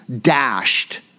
dashed